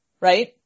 right